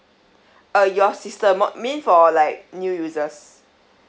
uh your sister mo~ mean for like new users